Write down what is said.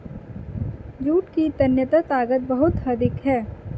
jute की तन्यता ताकत बहुत अधिक है